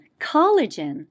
collagen